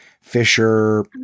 Fisher